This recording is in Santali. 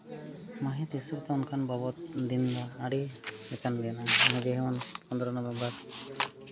ᱢᱟᱹᱦᱤᱛ ᱦᱤᱥᱟᱹᱵ ᱚᱱᱠᱟᱱ ᱵᱟᱵᱚᱫ ᱫᱤᱱ ᱫᱚ ᱟᱹᱰᱤ ᱞᱮᱠᱟᱱ ᱜᱮ ᱢᱮᱱᱟᱜᱼᱟ ᱡᱮᱢᱚᱱ ᱯᱚᱱᱫᱨᱚ ᱱᱚᱵᱷᱮᱢᱵᱚᱨ